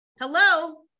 hello